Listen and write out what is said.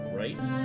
right